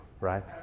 right